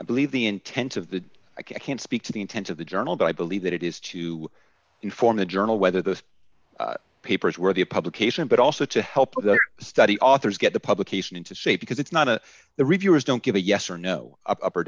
i believe the intent of the i can't speak to the intent of the journal but i believe that it is to inform the journal whether those papers worthy of publication but also to help of the study authors get the publication into shape because it's not to the reviewers don't give a yes or no up